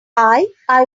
i—i